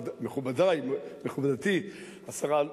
מכובדתי השרה,